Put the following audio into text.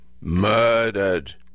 murdered